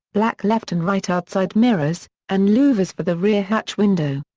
black left and right outside mirrors, and louvers for the rear hatch window.